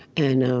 and